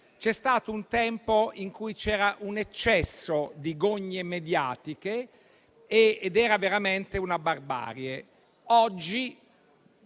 c'era stato un tempo in cui c'era un eccesso di gogne mediatiche ed era veramente una barbarie,